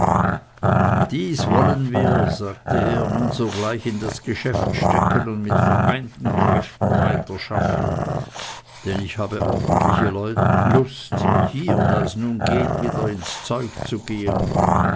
dies wollen wir sagte er nun sogleich in das geschäft stecken und mit vereinten kräften weiter schaffen denn ich habe eine ordentliche lust hier da es nun geht wieder ans zeug zu gehen und den